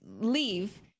leave